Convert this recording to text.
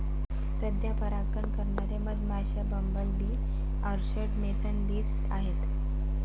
सध्या परागकण करणारे मधमाश्या, bumble bee, orchard mason bees आहेत